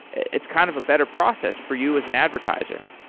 it's kind of a better process for you as an advertiser.